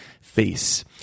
face